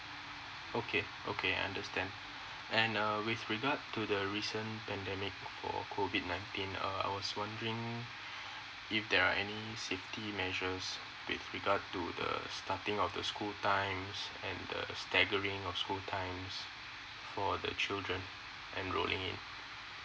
okay okay I understand and uh with regards to the recent pandemic co~ COVID nineteen uh I was wondering um if there are any safety measures with regards to the starting of the school time and the staggering of school time for the children enrolling in